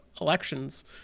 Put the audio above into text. elections